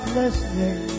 listening